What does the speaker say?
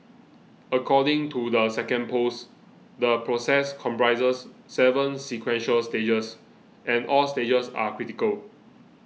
according to the second post the process comprises seven sequential stages and all stages are critical